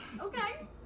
Okay